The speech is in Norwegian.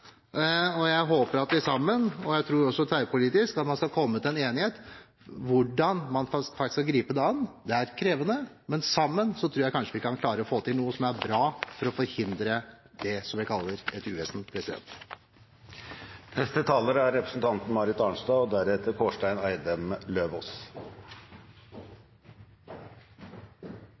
og jeg håper at vi sammen – og jeg tror også tverrpolitisk – skal komme til enighet om hvordan man faktisk skal gripe det an. Det er krevende, men sammen tror jeg kanskje vi kan klare å få til noe som er bra, for å forhindre det som vi kaller et uvesen.